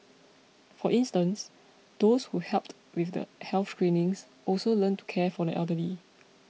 for instance those who helped with the health screenings also learnt to care for the elderly